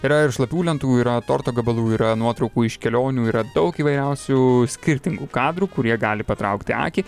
yra ir šlapių lentų yra torto gabalų yra nuotraukų iš kelionių yra daug įvairiausių skirtingų kadrų kurie gali patraukti akį